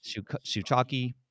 Shuchaki